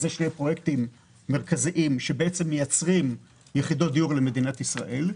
אלה שני פרויקטים מרכזיים שמייצרים יחידות דיור למדינת ישראל.